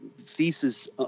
thesis